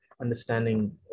understanding